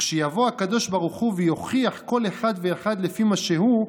לכשיבוא הקדוש ברוך הוא ויוכיח כל אחד ואחד לפי מה שהוא,